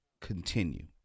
continue